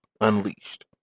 Unleashed